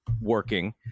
working